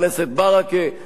שיוצאים החוצה.